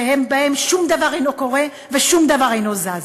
שבהם שום דבר אינו קורה ושום דבר אינו זז.